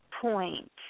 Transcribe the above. point